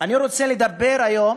אני רוצה לדבר היום